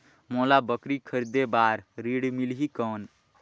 मोला बकरी खरीदे बार ऋण मिलही कौन?